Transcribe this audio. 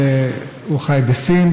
שחי בסין,